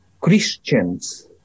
Christians